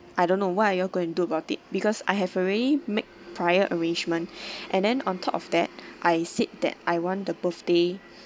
I don't know why you're going do about it because I have already made prior arrangements and then on top of that I said that I want the birthday